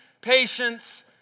patience